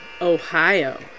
Ohio